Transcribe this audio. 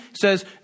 says